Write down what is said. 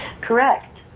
Correct